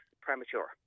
premature